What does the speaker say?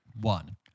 one